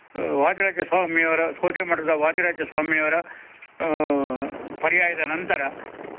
ವಾದಿರಾಜ ಸ್ವಾಮಿಯವರ ಸೋದೆ ಮಠದ ವಾದಿರಾಜ ಸ್ವಾಮಿಯವರ ಪರ್ಯಾಯದ ನಂತರ